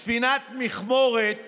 ספינת מכמורת